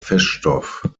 feststoff